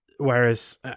whereas